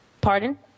pardon